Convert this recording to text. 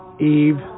Eve